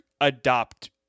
adopt